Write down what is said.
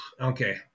okay